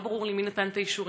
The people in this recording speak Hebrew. לא ברור לי מי נתן את האישורים,